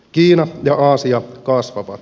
kiina ja aasia kasvavat